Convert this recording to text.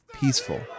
peaceful